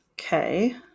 Okay